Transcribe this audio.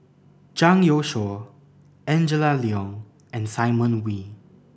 Zhang Youshuo Angela Liong and Simon Wee